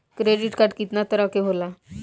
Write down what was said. Credit card कितना तरह के होला?